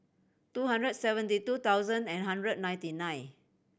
two hundred seventy two thousand and one hundred ninety nine